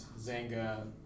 Zanga